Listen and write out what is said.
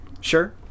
Sure